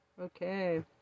okay